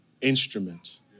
instrument